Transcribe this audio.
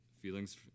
feelings